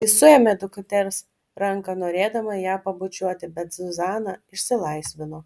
ji suėmė dukters ranką norėdama ją pabučiuoti bet zuzana išsilaisvino